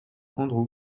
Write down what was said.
andrew